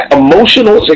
emotional